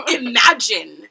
imagine